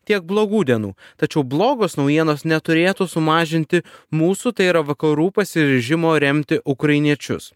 tiek blogų dienų tačiau blogos naujienos neturėtų sumažinti mūsų tai yra vakarų pasiryžimo remti ukrainiečius